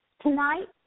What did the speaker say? Tonight